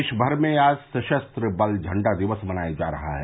देशभर में आज सशस्त्र बल झंडा दिवस मनाया जा रहा है